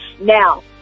Now